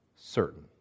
certain